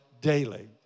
daily